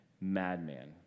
madman